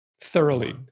thoroughly